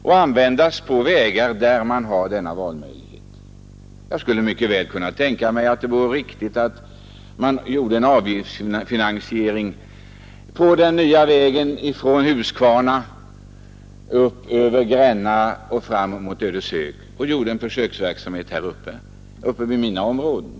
Den skall prövas på vägar där man har denna valmöjlighet. Jag skulle mycket väl kunna tänka mig att det vore riktigt att införa en avgiftsfinansiering på den nya vägen från Huskvarna upp över Gränna och fram till Ödeshög — det är ju i mina områden.